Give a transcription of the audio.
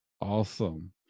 awesome